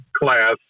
class